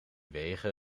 wegen